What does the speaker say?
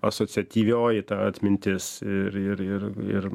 asociatyvioji ta atmintis ir ir ir ir